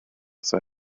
sei